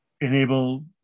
enable